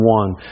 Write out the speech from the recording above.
one